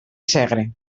segre